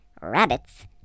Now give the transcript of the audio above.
rabbits